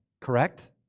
Correct